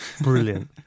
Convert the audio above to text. Brilliant